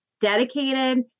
dedicated